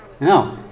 No